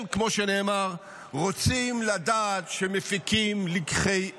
הם, כמו שנאמר, רוצים לדעת שמפיקים לקחי אמת.